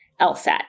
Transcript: LSAT